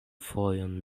fojon